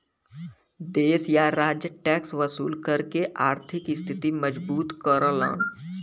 देश या राज्य टैक्स वसूल करके आर्थिक स्थिति मजबूत करलन